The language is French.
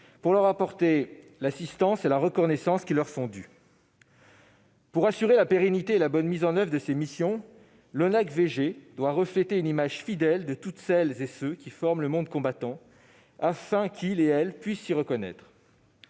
pour leur apporter l'assistance et la reconnaissance qui leur sont dues. Pour assurer la pérennité et la bonne mise en oeuvre de ses missions, l'ONACVG doit refléter une image fidèle de toutes celles et de tous ceux qui forment le monde combattant, afin qu'ils et elles puissent s'y reconnaître.